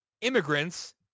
immigrants